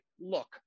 Look